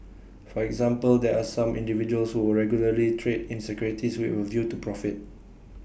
for example there are some individuals who regularly trade in securities with A view to profit